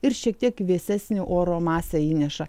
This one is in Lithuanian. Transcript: ir šiek tiek vėsesnę oro masę įneša